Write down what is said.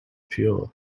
pure